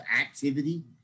activity